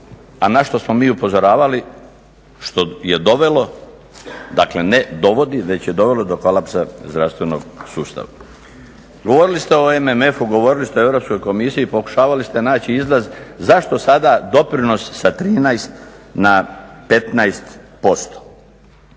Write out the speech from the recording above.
a na što smo mi upozoravali što je dovelo, dakle ne dovodi, već je dovelo do kolapsa zdravstvenog sustava. Govorili ste o MMF-u, govorili ste o Europskoj komisiji, pokušavali ste naći izlaz, zašto sada doprinos sa 13 na 15%?